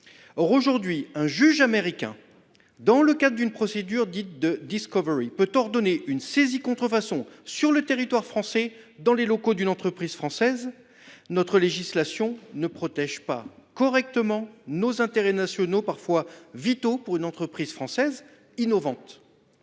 aujourd’hui, un juge américain, dans le cadre d’une procédure dite de, peut ordonner une saisie contrefaçon sur le territoire français dans les locaux d’une entreprise française. Notre législation ne protège pas correctement nos intérêts nationaux, parfois vitaux pour une entreprise française innovante.